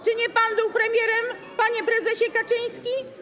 Czy nie pan był wtedy premierem, panie prezesie Kaczyński?